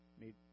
made